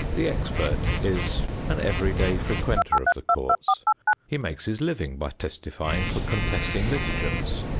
the expert is an every-day frequenter of the courts he makes his living by testifying for contesting litigants.